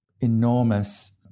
enormous